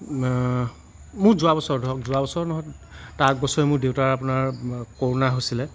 মোৰ যোৱা বছৰ ধৰক যোৱা বছৰ নহয় তাৰ আগ বছৰে মোৰ দেউতাৰ আপোনাৰ ক'ৰোণা হৈছিলে